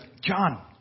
john